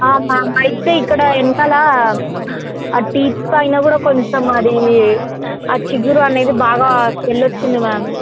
ma'am నాకు అయితే ఇక్కడ వెనకాల ఆ టీత్ పైన కూడా కొంచెం అది ఆ చిగురు అనేది బాగా స్వెల్ వచ్చింది మ్యామ్